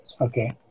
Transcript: Okay